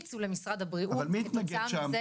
אבל מי התנגד שם?